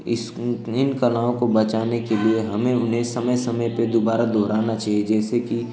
इस इन कलाओं को बचाने के लिए हमें उन्हें समय समय पर दोबारा दोहराना चाहिए जैसे कि